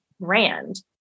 brand